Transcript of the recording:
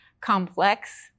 complex